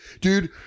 dude